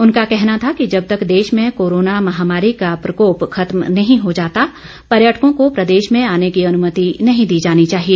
उनका कहना था कि जब तक देश में कोरोना महामारी का प्रकोप खत्म नही हो जाता पर्यटकों को प्रदेश में आने की अनुमति नही दी जानी चाहिए